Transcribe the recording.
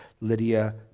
Lydia